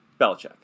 Belichick